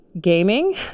gaming